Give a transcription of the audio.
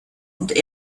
und